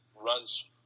runs